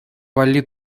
валли